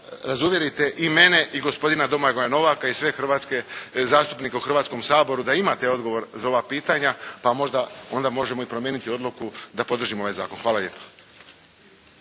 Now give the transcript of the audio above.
razuvjerite i mene i gospodina Domagoja Novaka i sve hrvatske, zastupnike u Hrvatskom saboru da imate odgovor za ova pitanja, pa možda onda možemo i promijeniti odluku da podržimo ovaj Zakon. Hvala lijepo.